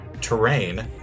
Terrain